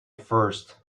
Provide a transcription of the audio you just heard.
first